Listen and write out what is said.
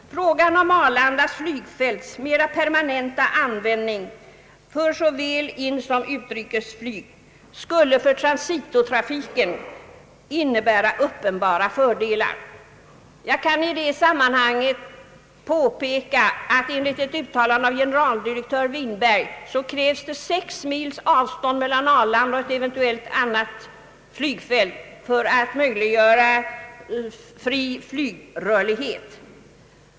Frågan om Arlanda flygfälts mera permanenta användning för såväl inrikes som utrikes flyg skulle för transitotrafiken innebära uppenbara fördelar. Jag kan i det sammanhanget påpeka att enligt ett uttalande av generaldirektör Winberg krävs 6 mils avstånd mellan Arlanda och ett eventuellt annat flygfält för att möjliggöra fri flygrörlighet.